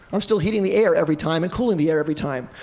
i'm still heating the air every time and cooling the air every time.